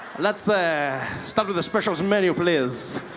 lets ah start with the specials menu please.